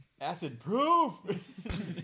Acid-proof